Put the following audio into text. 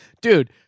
Dude